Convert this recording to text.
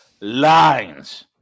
lines